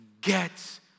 get